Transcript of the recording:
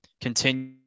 continue